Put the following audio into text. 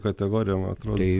kategorijom atrodo